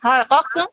হয় কওকচোন